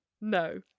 No